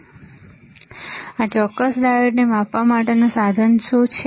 તો આ ચોક્કસ ડાયોડને માપવા માટેનું સાધન શું છે